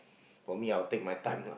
for me I'll take my time lah